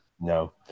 No